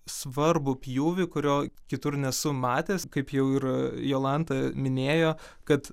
svarbų pjūvį kurio kitur nesu matęs kaip jau ir jolanta minėjo kad